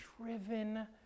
driven